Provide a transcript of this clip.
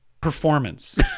performance